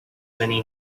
many